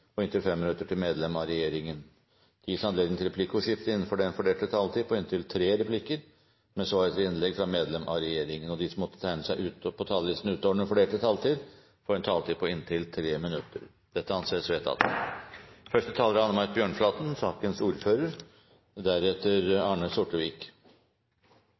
og inntil 5 minutter til medlem av regjeringen. Videre vil presidenten foreslå at det gis anledning til replikkordskifte på inntil tre replikker med svar etter innlegg fra medlem av regjeringen innenfor den fordelte taletid. De som måtte tegne seg på talelisten utover den fordelte taletid, får en taletid på inntil 3 minutter. – Det anses vedtatt. Det er